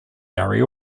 barry